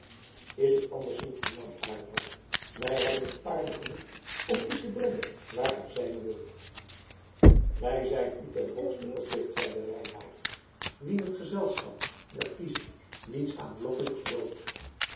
is het anders niet hernam avlva wij hebben hier paarden genoeg om u te brengen waar gij zijn wilt wij zijn u ten hoogste verplicht zeide reinout wien het gezelschap der friezen niets aanlokkelijks bood